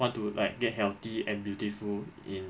want to like get healthy and beautiful in